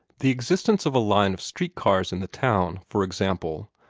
the existence of a line of street-cars in the town, for example,